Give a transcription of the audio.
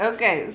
Okay